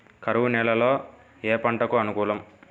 కరువు నేలలో ఏ పంటకు అనుకూలం?